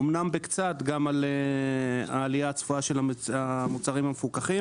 אמנם קצת גם על העלייה הצפויה במחירם של המוצרים המפוקחים.